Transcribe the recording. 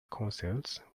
councils